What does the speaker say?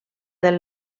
del